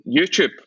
YouTube